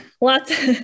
lots